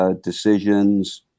decisions